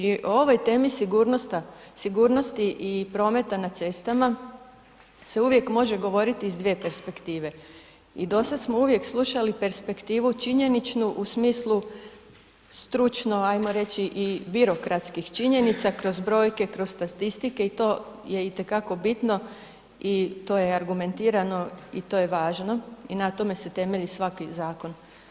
I o ovoj temi sigurnosti i prometa na cestama se uvijek može govoriti iz dvije perspektive i dosad smo uvijek slušali perspektivu činjeničnu u smislu stručno, hajmo reći, i birokratskih činjenica kroz brojke, kroz statistike i to je itekako bitno i to je i argumentirano i to je važno i na tome se temelji svaki zakon.